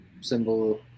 symbol